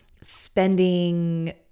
spending